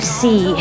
see